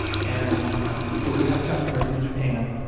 and so we have customers in japan,